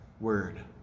Word